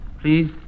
Please